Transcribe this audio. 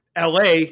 la